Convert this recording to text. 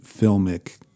filmic